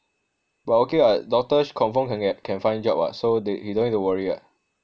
but okay [what] doctor confirm can get can find job what so they he no need to worry [what]